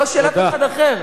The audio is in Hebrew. לא של אף אחד אחר.